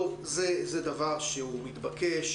טוב, זה דבר שמתבקש.